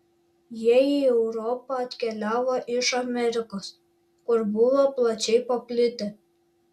jie į europą atkeliavo iš amerikos kur buvo plačiai paplitę